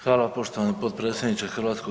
Hvala poštovani potpredsjedniče HS.